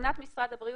מבחינת משרד הבריאות,